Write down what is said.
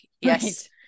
yes